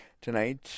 tonight